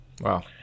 Wow